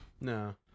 no